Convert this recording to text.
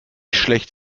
schlecht